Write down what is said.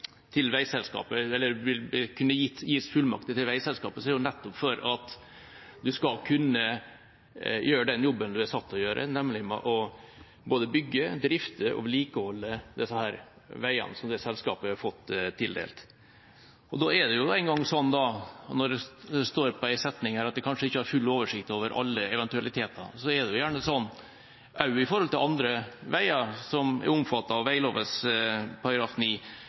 til de forskjellige paragrafene. Men det vil jo være slik at når det f.eks. etter veglova § 9 vil kunne gis fullmakter til veiselskapet, er det nettopp for at det skal kunne gjøre den jobben det er satt til å gjøre, nemlig både å bygge, drifte og vedlikeholde de veiene som det selskapet har fått tildelt. Når det står i en setning her at en kanskje ikke har «full oversikt» over alle eventualitetene, er det jo gjerne sånn også når det gjelder andre veier som er omfattet av